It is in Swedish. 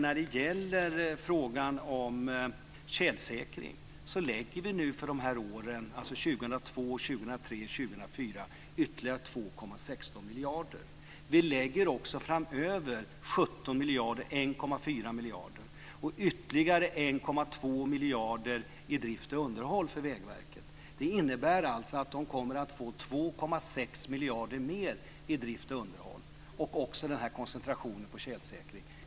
När det gäller frågan om tjälsäkring lägger vi för åren 2002, 2003 och 2004 ytterligare 2,16 miljarder. Vi lägger också framöver 17 miljarder - 1,4 miljarder och ytterligare 1,2 miljarder till drift och underhåll för Vägverket. Det innebär alltså att de kommer att få 2,6 miljarder mer i drift och underhåll. Därtill kommer koncentrationen på tjälsäkring.